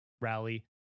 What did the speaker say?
rally